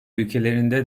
ülkelerinde